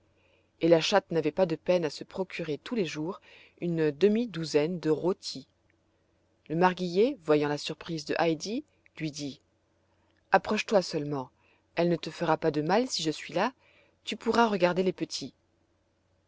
et la chatte n'avait pas de peine à se procurer tous les jours une demi-douzaine de rôtis le marguillier voyant la surprise de heidi lui dit approche-toi seulement elle ne te fera pas de mal si je suis là tu pourras regarder les petits